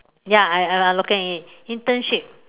ya I I looking at it in internship